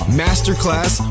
masterclass